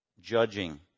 judging